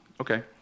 Okay